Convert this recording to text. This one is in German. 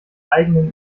eigenen